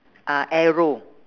uh arrow